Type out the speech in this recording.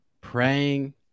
Praying